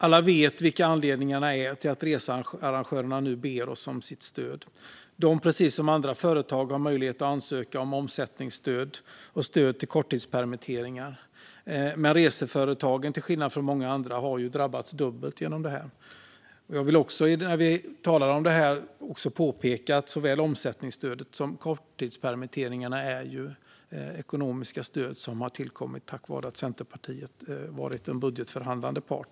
Alla vet vilka anledningarna är till att researrangörerna nu ber oss om stöd. De har, precis som andra företag, möjlighet att ansöka om omsättningsstöd och stöd till korttidspermitteringar, men till skillnad från många andra har de drabbats dubbelt. När vi talar om det här vill jag också påpeka att såväl omsättningsstödet som stödet till korttidspermitteringar är ekonomiska stöd som tillkommit tack vare att Centerpartiet varit en budgetförhandlande part.